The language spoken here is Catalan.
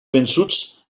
vençuts